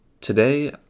today